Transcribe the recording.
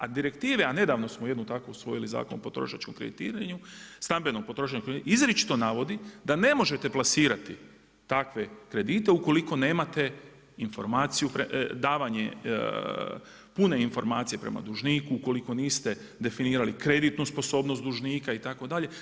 A direktive a nedavno smo jednu takvu usvojili, Zakon o potrošačkom kreditiranju, stambenom potrošačkom kreditiranju izričito navodi da ne možete plasirati takve kredite ukoliko nemate informaciju, davanje pune informacije prema dužniku ukoliko niste definirali kreditnu sposobnost dužnika itd.